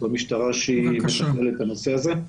במשטרה שהיא מתפעלת את הנושא הזה.